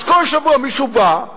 אז כל שבוע מישהו בא,